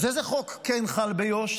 אז איזה חוק כן חל ביו"ש?